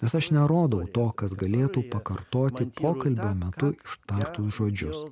nes aš nerodau to kas galėtų pakartoti pokalbio metu ištartus žodžius